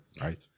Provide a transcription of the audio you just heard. right